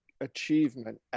achievement